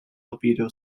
albedo